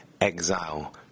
exile